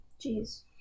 Jeez